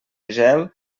gel